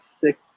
six